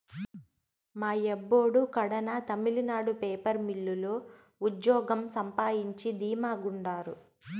మా అబ్బోడు కడాన తమిళనాడు పేపర్ మిల్లు లో ఉజ్జోగం సంపాయించి ధీమా గుండారు